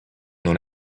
non